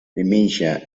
dementia